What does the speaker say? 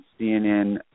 CNN